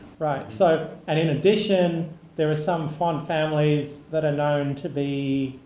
right. so, and in addition there are some font families that are known to be